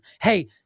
Hey